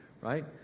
right